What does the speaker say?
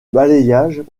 bailliage